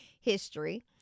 history